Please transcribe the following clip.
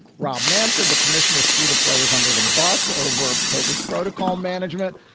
rob manfred, the commissioner, threw the players under the bus over covered protocol management.